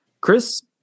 Chris